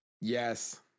Yes